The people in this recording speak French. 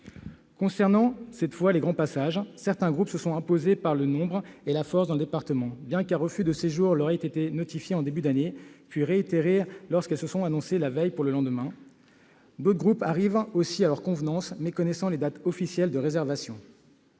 Concernant les grands passages, certains groupes se sont imposés, dans le département, par le nombre et la force, bien qu'un refus de séjour leur ait été notifié en début d'année, puis réitéré lorsqu'ils se sont annoncés la veille pour le lendemain. D'autres groupes arrivent aussi à leur convenance, méconnaissant les dates officielles de réservation.